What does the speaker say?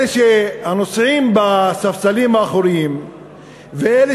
אלה הנוסעים בספסלים האחוריים ואלה